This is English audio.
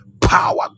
power